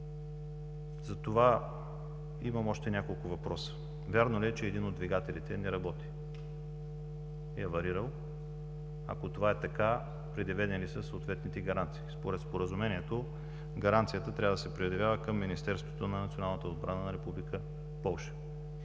затова имам още няколко въпроса. Вярно ли е, че един от двигателите не работи и е аварирал? Ако това е така, предявени ли са съответните гаранции? Според Споразумението гаранцията трябва да се предявява към Министерството на националната отбрана на Република Полша.